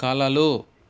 కలలు